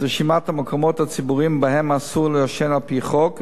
את רשימת המקומות הציבוריים שבהם אסור לעשן על-פי חוק,